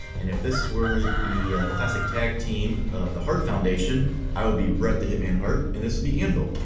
and if this were the classic tag team of the hart foundation i would be bret the hitman hart and this would be anvil.